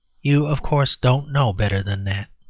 you, of course, don't know better than that.